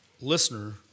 listener